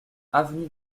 avenue